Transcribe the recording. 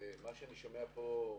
ומה שאני שומע פה,